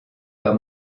pas